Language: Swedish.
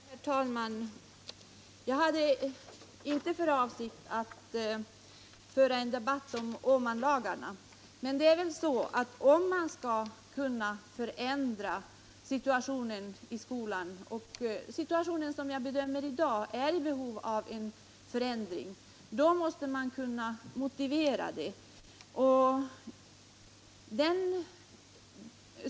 Herr talman! Jag hade inte för avsikt att debattera Åmanlagarna, men om man skall kunna förändra situationen i skolan — och situationen i dag behöver enligt min mening ändras — måste man kunna lämna en motivering.